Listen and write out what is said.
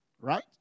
Right